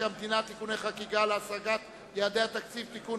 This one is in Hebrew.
המדינה (תיקוני חקיקה להשגת יעדי התקציב) (תיקון,